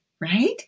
right